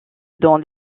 dans